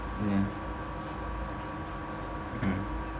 ya mm